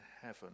heaven